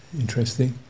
interesting